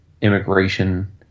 immigration